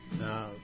Now